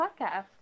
podcast